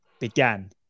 began